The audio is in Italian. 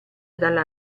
dalla